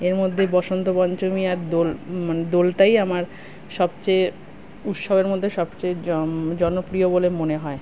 এর মধ্যেই বসন্ত পঞ্চমী আর দোল মানে দোলটাই আমার সবচেয়ে উৎসাহের মধ্যে সবচেয়ে জনপ্রিয় বলে মনে হয়